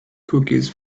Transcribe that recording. cookies